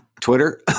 Twitter